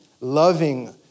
loving